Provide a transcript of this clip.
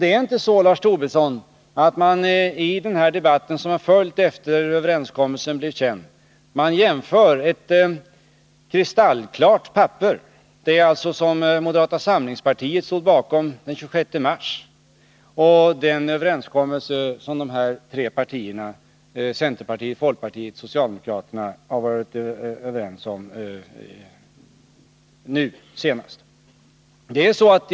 Det är inte så, Lars Tobisson, att mani den debatt som följt efter det att överenskommelsen blev känd jämfört ett kristallklart dokument — det alltså som de tre tidigare regeringspartierna stod bakom den 26 mars — och den överenskommelse som folkpartiet, centerpartiet och socialdemokraterna nu har gjort.